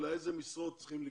אלא באיזה משרות צריכים להיקלט.